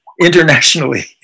internationally